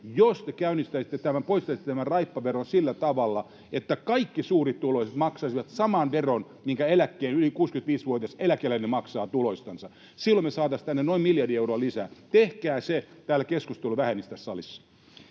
jos te poistaisitte tämän raippaveron sillä tavalla, että kaikki suurituloiset maksaisivat saman veron, minkä yli 65-vuotias eläkeläinen maksaa tuloistansa. Silloin me saataisiin tänne noin miljardi euroa lisää. Tehkää se, niin keskustelu vähenisi tässä salissa.